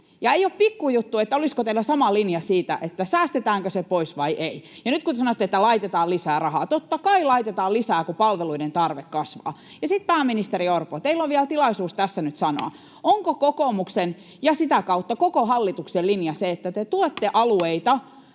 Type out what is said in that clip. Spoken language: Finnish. ei ole pikkujuttu, olisiko teillä sama linja siitä, säästetäänkö se pois vai ei. Ja nyt, kun sanotte, että laitetaan lisää rahaa, niin totta kai laitetaan lisää, kun palveluiden tarve kasvaa. Ja sitten, pääministeri Orpo, teillä on vielä tilaisuus tässä nyt sanoa: onko kokoomuksen ja sitä kautta koko hallituksen linja se, että te tuette alueita